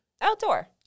Outdoor